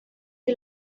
que